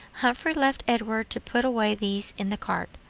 humphrey left edward to put away these in the cart,